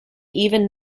even